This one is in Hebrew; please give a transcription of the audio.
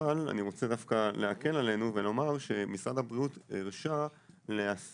אבל אני רוצה דווקא להקל עלינו ולומר שמשרד הבריאות הרשה להסיע